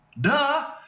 duh